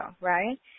right